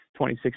2016